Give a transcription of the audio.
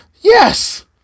yes